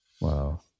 Wow